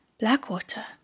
Blackwater